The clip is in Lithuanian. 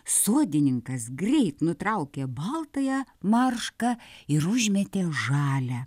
sodininkas greit nutraukė baltąją maršką ir užmetė žalią